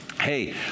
Hey